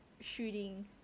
shooting